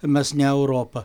mes ne europa